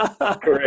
Correct